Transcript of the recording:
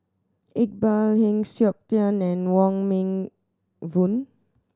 Iqbal Heng Siok Tian and Wong Meng Voon